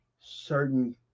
certain